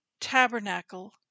tabernacle